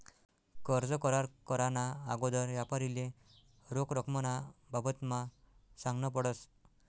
कर्ज करार कराना आगोदर यापारीले रोख रकमना बाबतमा सांगनं पडस